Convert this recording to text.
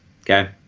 Okay